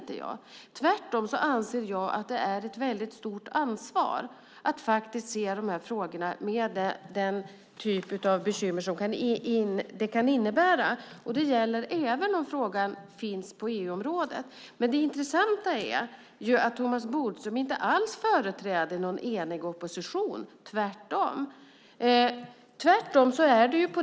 Tvärtom anser jag att det är ett stort ansvar att se dessa frågor med den typ av bekymmer som de kan innebära. Det gäller även om frågan finns på EU-området. Det intressanta är att Thomas Bodström inte alls företräder en ening opposition, tvärtom.